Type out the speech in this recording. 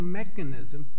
mechanism